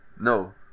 No